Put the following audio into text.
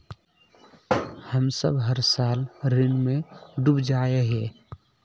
हम सब हर साल ऋण में डूब जाए हीये?